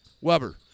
Weber